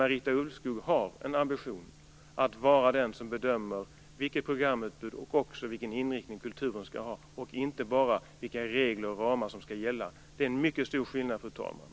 Marita Ulvskog har en ambition att vara den som bedömer vilket programutbud som skall finnas och vilken inriktning kulturen skall ha och inte bara vilka regler och ramar som skall gälla. Det är en mycket stor skillnad, fru talman.